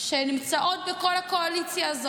שנמצאות בכל הקואליציה הזאת.